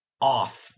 off